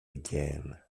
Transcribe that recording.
again